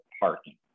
parking